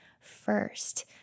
first